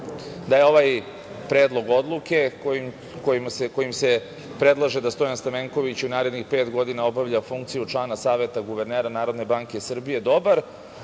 da je ovaj predlog odluke kojim se predlaže da Stojan Stamenković u narednih pet godina obavlja funkciju člana Saveta guvernera NBS dobar,